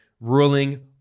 ruling